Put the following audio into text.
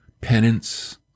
penance